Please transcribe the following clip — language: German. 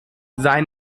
sein